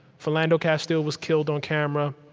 philando castile was killed on camera.